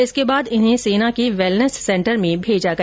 इसके बाद इन्हें सेना के वेलनेस सेन्टर में भेजा गया